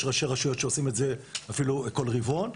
יש ראשי רשויות שעושים את זה אפילו כל רבעון.